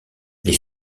les